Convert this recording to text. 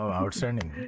outstanding